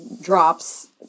drops